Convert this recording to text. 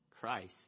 Christ